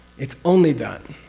it's only that.